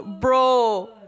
bro